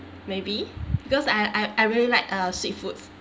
maybe because I I I really like uh sweet food